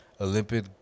Olympic